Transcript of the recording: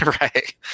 Right